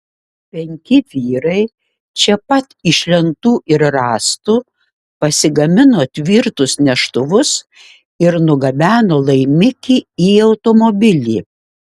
penki vyrai čia pat iš lentų ir rąstų pasigamino tvirtus neštuvus ir nugabeno laimikį į automobilį